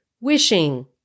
wishing